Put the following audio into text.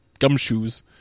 gumshoes